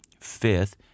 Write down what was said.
Fifth